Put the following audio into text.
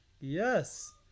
Yes